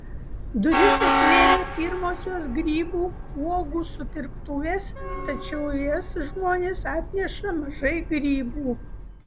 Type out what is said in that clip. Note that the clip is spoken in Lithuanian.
duris atvėrė pirmosios grybų uogų supirktuvės tačiau į jas žmonės atneša mažai grybų